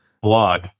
blog